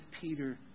Peter